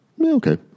okay